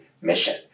mission